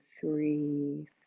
three